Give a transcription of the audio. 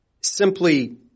simply